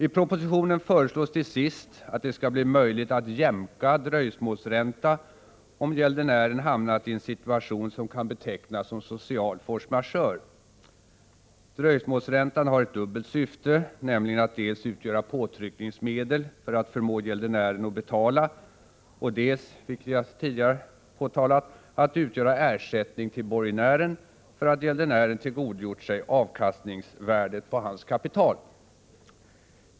I propositionen föreslås till sist att det skall bli möjligt att jämka dröjsmålsränta, om gäldenären hamnat i en situation som kan betecknas som social force majeure. Dröjsmålsräntan har ett dubbelt syfte, nämligen att dels utgöra påtryckningsmedel för att förmå gäldenären, betala och dels — vilket jag tidigare påtalat — att utgöra ersättning till borgenären för att gäldenären tillgodogjort sig avkastningsvärdet på hans kapital.